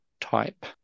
type